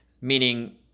meaning